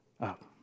up